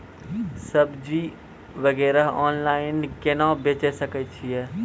सब्जी वगैरह ऑनलाइन केना बेचे सकय छियै?